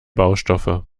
baustoffe